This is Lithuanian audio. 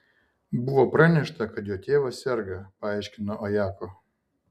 buvo pranešta kad jo tėvas serga paaiškino ajako